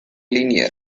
linear